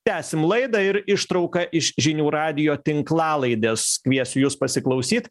tęsim laidą ir ištrauka iš žinių radijo tinklalaidės kvies jus pasiklausyt